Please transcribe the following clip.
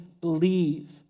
believe